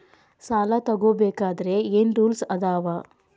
ಸಾಲ ತಗೋ ಬೇಕಾದ್ರೆ ಏನ್ ರೂಲ್ಸ್ ಅದಾವ?